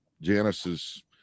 Janice's